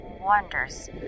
wonders